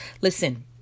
Listen